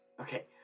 Okay